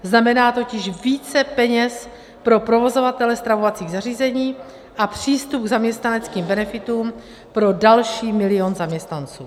Znamená totiž více peněz pro provozovatele stravovacích zařízení a přístup k zaměstnaneckým benefitům pro další milion zaměstnanců.